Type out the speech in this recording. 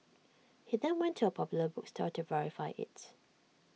he then went to A popular bookstore to verify IT